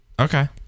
Okay